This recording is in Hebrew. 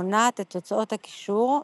מונעת את תוצאת הקישור,